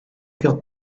gael